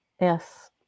Yes